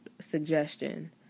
suggestion